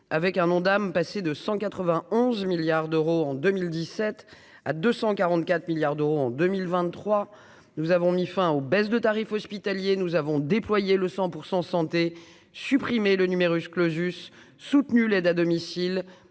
avec un Ondam, passer de 191 milliards d'euros en 2017 à 244 milliards d'euros en 2023, nous avons mis fin aux baisses de tarifs hospitaliers nous avons déployé le 100 % santé supprimer le numerus clausus soutenu l'aide à domicile